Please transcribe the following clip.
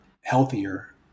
healthier